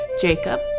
Jacob